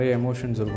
emotions